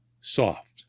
soft